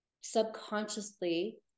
Subconsciously